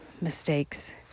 mistakes